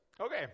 Okay